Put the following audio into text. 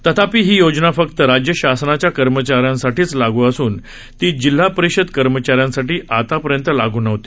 तथापी ही योजना फक्त राज्य शासनाच्या कर्मचाऱ्यांसाठी लाग असुन ती जिल्हा परिषद कर्मचाऱ्यांसाठी आतापर्यंत लाग नव्हती